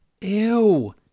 Ew